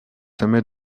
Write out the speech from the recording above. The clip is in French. sommets